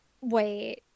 Wait